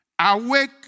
Awake